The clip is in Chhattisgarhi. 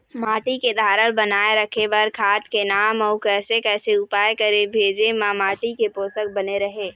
माटी के धारल बनाए रखे बार खाद के नाम अउ कैसे कैसे उपाय करें भेजे मा माटी के पोषक बने रहे?